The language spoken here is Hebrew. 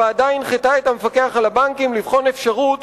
הוועדה הנחתה את המפקח על הבנקים לבחון אפשרות